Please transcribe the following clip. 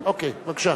בבקשה.